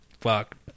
fuck